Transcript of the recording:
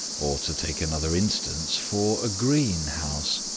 or, to take another instance, for a green house?